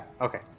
Okay